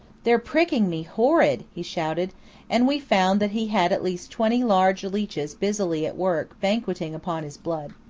they're pricking me horrid, he shouted and we found that he had at least twenty large leeches busily at work banquetting upon his blood.